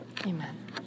Amen